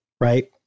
Right